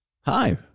Hi